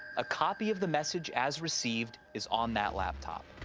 a copy of the message as received is on that laptop.